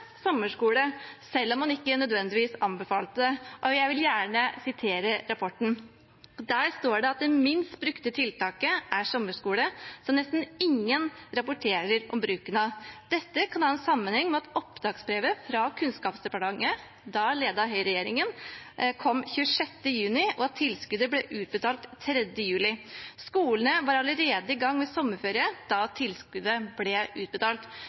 jeg vil gjerne sitere rapporten. Der står det at «det minst brukte tiltaket er sommerskole, som nesten ingen rapporterer om bruken av». Dette kan ha en sammenheng med at oppdragsbrevet fra Kunnskapsdepartementet – da ledet av høyreregjeringen – kom 26. juni, og at tilskuddet ble utbetalt 3. juli. Skolene var allerede i gang med sommerferie da tilskuddet ble utbetalt.